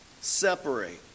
separate